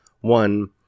One